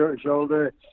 shoulder